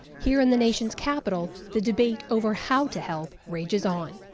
here in the nation's capital, the debate over how to help rages on.